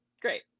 great